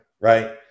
right